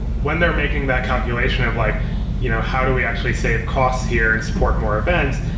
when they're making that calculation of like you know how do we actually save costs here and support more events,